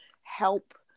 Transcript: help